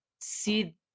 see